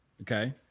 Okay